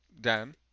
Dan